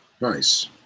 Nice